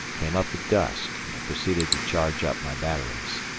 came up at dusk and proceeded to charge up my batteries.